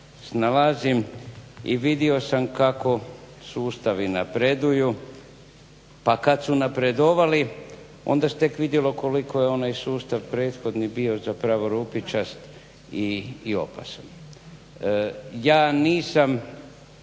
snalazim i vidio sam kako sustavi napreduju pa kad su napredovali onda se tek vidjelo koliko je onaj sustav prethodni bio zapravo rupičast i opasan. Ja nisam